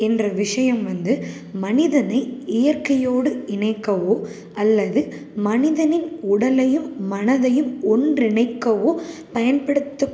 என்ற விஷயம் வந்து மனிதனை இயற்கையோடு இணைக்கவோ அல்லது மனிதனின் உடலையும் மனதையும் ஒன்றிணைக்கவோ பயன்படுத்தும்